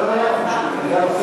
לא, לא.